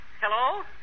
Hello